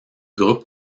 groupes